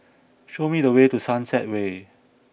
show me the way to Sunset Way